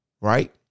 right